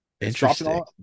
interesting